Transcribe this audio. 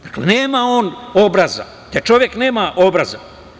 Dakle, nema on obraza, taj čovek nema obraza.